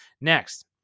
Next